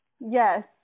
Yes